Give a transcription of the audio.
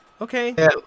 Okay